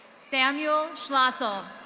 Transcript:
samuel schlassel.